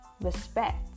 respect